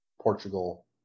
Portugal